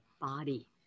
body